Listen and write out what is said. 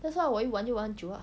that's why 我一玩就很久啊